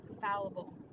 fallible